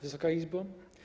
Wysoka Izbo!